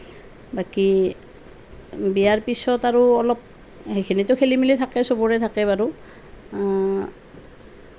বাকী বিয়াৰ পিছত আৰু অলপ সেইখিনিতো খেলি মেলি থাকেই সবৰে থাকে বাৰু